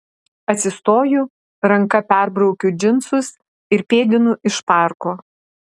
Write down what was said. atsistoju ranka perbraukiu džinsus ir pėdinu iš parko